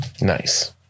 Nice